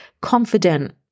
confident